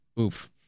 Oof